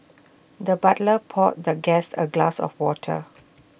the butler poured the guest A glass of water